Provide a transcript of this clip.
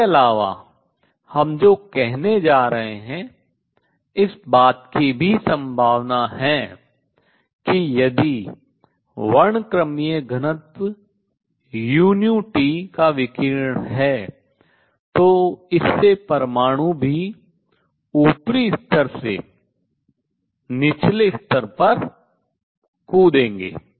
इसके अलावा हम जो कहने जा रहे हैं इस बात की भी संभावना है कि यदि वर्णक्रमीय घनत्व uT का विकिरण है तो इससे परमाणु भी ऊपरी स्तर से निचले स्तर पर कूदेंगे